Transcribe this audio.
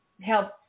help